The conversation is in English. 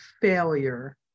failure